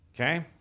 Okay